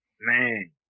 Man